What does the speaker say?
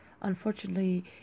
unfortunately